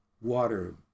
water